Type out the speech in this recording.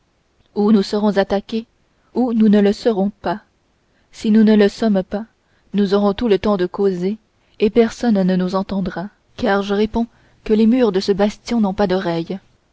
ou nous serons attaqués ou nous ne le serons pas si nous ne le sommes pas nous aurons tout le temps de causer et personne ne nous entendra car je réponds que les murs de ce bastion n'ont pas d'oreilles